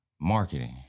marketing